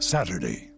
Saturday